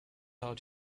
out